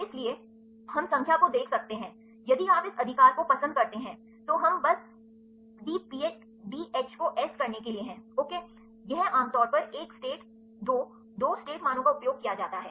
इसलिए हम संख्या को देख सकते हैं यदि आप इस अधिकार को पसंद करते हैं तो हम बस दी एच को S करने के लिए हैंओके यह आमतौर पर एक स्टेट 2 2 स्टेट मानों का उपयोग किया जाता है